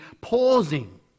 pausing